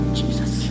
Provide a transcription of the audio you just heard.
jesus